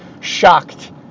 shocked